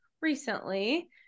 recently